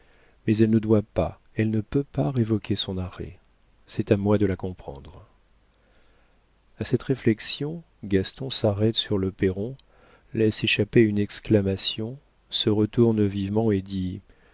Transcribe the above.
mais elle ne doit pas elle ne peut pas révoquer son arrêt c'est à moi de la comprendre a cette réflexion gaston s'arrête sur le perron laisse échapper une exclamation se retourne vivement et dit